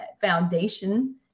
foundation